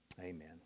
Amen